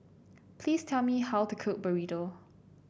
please tell me how to cook Burrito